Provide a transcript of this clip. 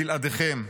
בלעדיכם.